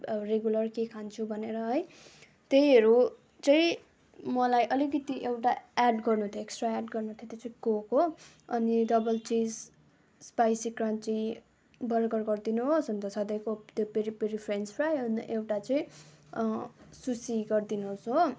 अब रेगुलर के खान्छु भनेर है त्यहीहरू चाहिँ मलाई अलिकति एउटा एड गर्नु थियो एक्स्ट्रा एड गर्नु थियो त्यो चाहिँ कोक हो अनि double cheese spicy crunchy burger गरिदिनु होस् अन्त सधैँको त्यो पेरी पेरी फ्रेन्च फ्राई अनि एउटा चाहिँ सुसी गरिदिनु होस् हो